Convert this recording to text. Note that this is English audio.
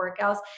workouts